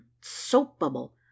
soap-bubble